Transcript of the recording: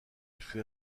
fut